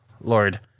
Lord